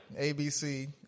ABC